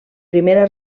primera